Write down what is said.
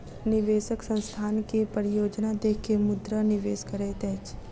निवेशक संस्थानक के परियोजना देख के मुद्रा निवेश करैत अछि